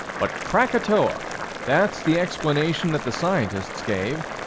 but krakatoa that's the explanation that the scientists gave.